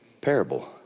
parable